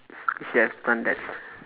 you should have done that